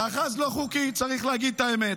מאחז לא חוקי, צריך להגיד את האמת.